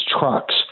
trucks